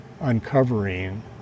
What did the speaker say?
uncovering